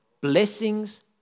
blessings